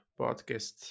podcast